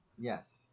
Yes